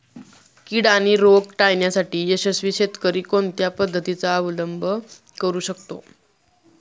कीड आणि रोग टाळण्यासाठी यशस्वी शेतकरी कोणत्या पद्धतींचा अवलंब करू शकतो?